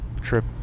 trip